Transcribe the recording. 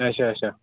اَچھا اَچھا